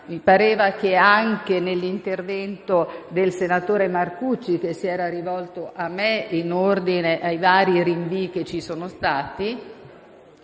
Mi pareva che anche nell'intervento del senatore Marcucci, che si era rivolto a me in ordine ai vari rinvii e alle